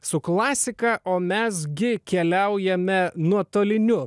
su klasika o mes gi keliaujame nuotoliniu